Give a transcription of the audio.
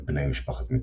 את בני משפחת מיטראן.